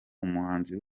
umuhanzi